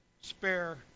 spare